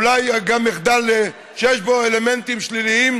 ואולי גם מחדל שיש בו אלמנטים שליליים,